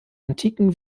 antiken